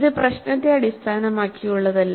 ഇത് പ്രശ്നത്തെ അടിസ്ഥാനമാക്കിയുള്ളതല്ല